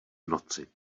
noci